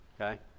okay